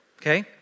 Okay